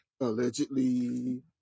Allegedly